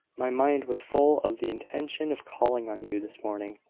my mind was full of the intention of calling on you this morning,